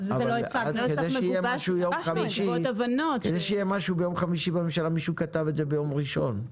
כדי שיהיה משהו ביום חמישי מישהו היה צריך לכתוב את זה ביום ראשון.